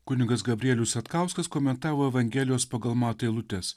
kunigas gabrielius satkauskas komentavo evangelijos pagal matą eilutes